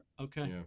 Okay